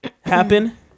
happen